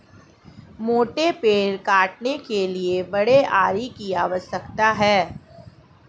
मोटे पेड़ काटने के लिए बड़े आरी की आवश्यकता है